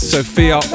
Sophia